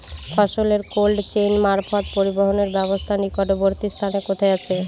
ফসলের cold chain মারফত পরিবহনের ব্যাবস্থা নিকটবর্তী স্থানে কোথায় আছে?